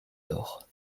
lors